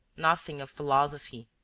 nothing of philosophy,